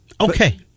Okay